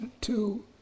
two